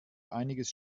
einiges